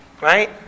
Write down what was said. Right